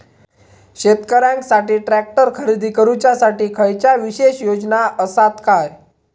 शेतकऱ्यांकसाठी ट्रॅक्टर खरेदी करुच्या साठी खयच्या विशेष योजना असात काय?